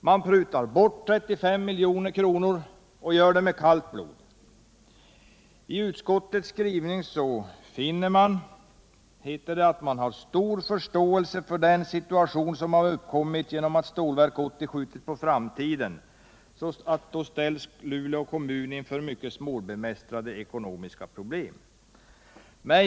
Man prutar med I utskottets skrivning heter det att man ”har stor förståelse för att den situation som uppkommit genom att Stålverk 80 skjutits på framtiden ställt Luleå kommun inför mycket svårbemästrade ekonomiska problem”.